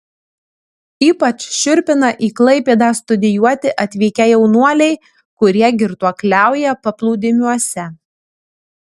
ypač šiurpina į klaipėdą studijuoti atvykę jaunuoliai kurie girtuokliauja paplūdimiuose